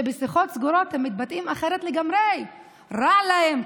שבשיחות סגורות הם מתבטאים אחרת לגמרי: רע להם,